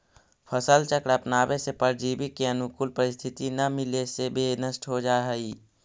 फसल चक्र अपनावे से परजीवी के अनुकूल परिस्थिति न मिले से वे नष्ट हो जाऽ हइ